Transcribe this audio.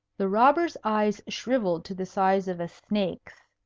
the robber's eyes shrivelled to the size of a snake's,